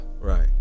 Right